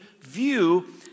view